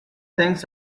things